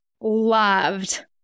loved